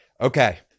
Okay